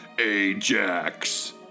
Ajax